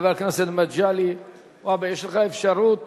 חבר הכנסת מגלי והבה, יש לך אפשרות